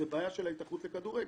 זו בעיה של ההתאחדות לכדורגל.